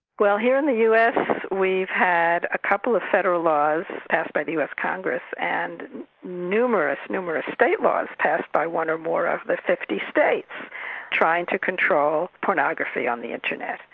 well here in the us, we've had a couple of federal laws passed by the us congress and numerous numerous state laws passed by one or more of the fifty states trying to control pornography on the internet.